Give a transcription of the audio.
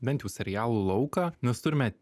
bent jau serialų lauką mes turime